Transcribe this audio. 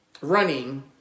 Running